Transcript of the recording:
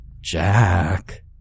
Jack